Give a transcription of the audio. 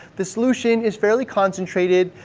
the solution is fairly concentrated,